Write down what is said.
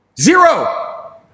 Zero